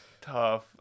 Tough